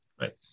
Right